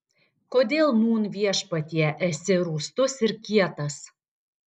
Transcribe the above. kodėl nūn viešpatie esi rūstus ir kietas